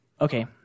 okay